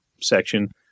section